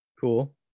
cool